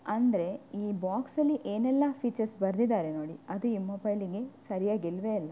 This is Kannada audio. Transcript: ಅಂದರೆ ಈ ಬಾಕ್ಸಲ್ಲಿ ಏನೆಲ್ಲ ಫೀಚರ್ಸ್ ಬರ್ದಿದ್ದಾರೆ ನೋಡಿ ಅದು ಈ ಮೊಬೈಲಿಗೆ ಸರಿಯಾಗಿ ಇಲ್ಲವೇ ಇಲ್ಲ